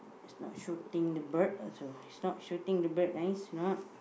is not shooting the bird also he's not shooting the bird no he's not